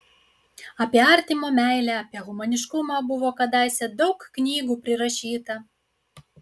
apie artimo meilę apie humaniškumą buvo kadaise daug knygų prirašyta